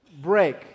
break